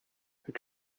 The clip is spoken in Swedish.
hur